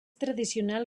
tradicional